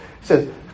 says